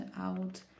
out